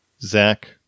Zach